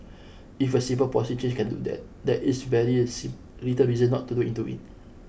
if a simple policy change can do that there is very little reason not to look into it